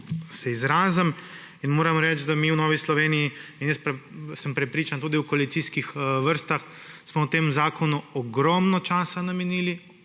izrazim. Moram reči, da mi v Novi Sloveniji – in sem prepričan, tudi v koalicijskih vrstah – smo temu zakonu ogromno časa namenili,